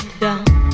down